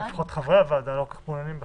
לפחות חברי הוועדה לא כל כך מעוניינים בכך,